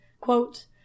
Quote